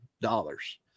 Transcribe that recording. dollars